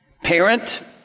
Parent